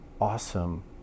Awesome